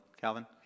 Calvin